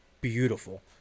beautiful